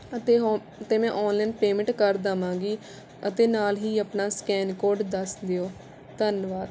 ਅਤੇ ਹੋਮ ਅਤੇ ਮੈਂ ਔਨਲਾਈਨ ਪੇਮੈਂਟ ਕਰ ਦੇਵਾਂਗੀ ਅਤੇ ਨਾਲ ਹੀ ਆਪਣਾ ਸਕੈਨ ਕੋਡ ਦੱਸ ਦਿਉ ਧੰਨਵਾਦ